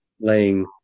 laying